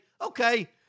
okay